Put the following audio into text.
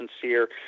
sincere